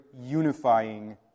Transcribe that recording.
unifying